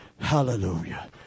Hallelujah